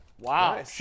Wow